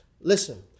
Listen